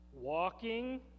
walking